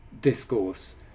discourse